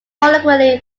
colloquially